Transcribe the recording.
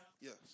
Yes